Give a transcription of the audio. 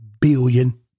billion